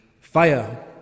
fire